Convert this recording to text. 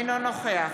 אינו נוכח